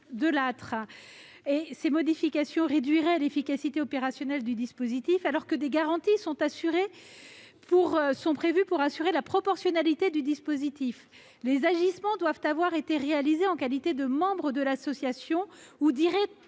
la réduire. Ces modifications réduiraient l'efficacité opérationnelle du dispositif, alors que des garanties sont prévues pour assurer sa proportionnalité. Les agissements doivent avoir été réalisés en qualité de membre de l'association ou doivent